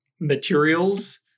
materials